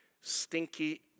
stinky